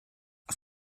auf